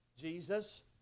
Jesus